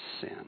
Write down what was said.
sin